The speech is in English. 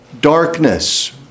darkness